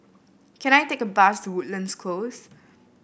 can I take a bus to Woodlands Close